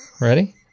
ready